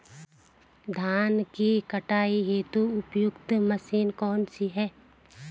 धान की कटाई हेतु उपयुक्त मशीन कौनसी है?